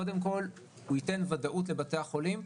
קודם כל הוא ייתן ודאות לבתי החולים,